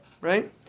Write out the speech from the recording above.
right